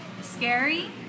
scary